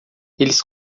eles